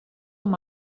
amb